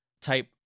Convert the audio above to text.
type